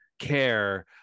care